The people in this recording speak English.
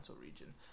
region